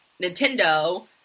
Nintendo